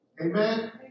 Amen